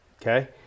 Okay